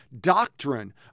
doctrine